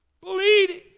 bleeding